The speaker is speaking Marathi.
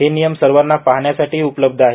हे नियम सर्वाना पाहण्यासाठी उपलब्ध आहेत